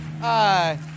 Hi